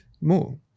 more